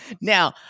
Now